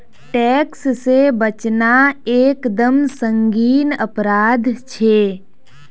tax से बचना एक दम संगीन अपराध छे